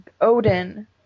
Odin